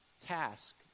task